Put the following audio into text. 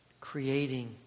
creating